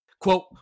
Quote